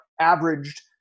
averaged